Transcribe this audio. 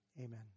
amen